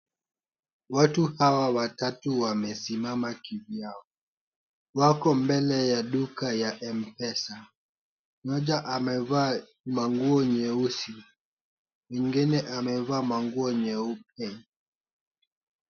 Watu hawa watatu wamesimama kivyao. Wako mbele ya duka ya M-Pesa. Mmoja amevaa manguo nyeusi, mwingine amevaa manguo nyeupe.